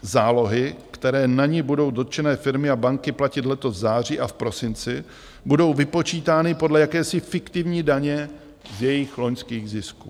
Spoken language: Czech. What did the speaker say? Zálohy, které na ni budou dotčené firmy a banky platit letos v září a v prosinci, budou vypočítány podle jakési fiktivní daně z jejich loňských zisků.